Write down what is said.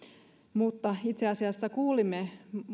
mutta itse asiassa kuulimme